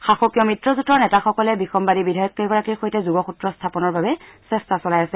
শাসকীয় মিত্ৰজেঁটৰ নেতাসকলে বিসম্বদী বিধায়ক কেইগৰাকীৰ সৈতে যোগসূত্ৰ স্থাপনৰ বাবে চেষ্টা চলাই আছে